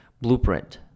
blueprint